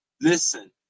Listen